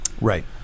Right